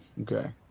Okay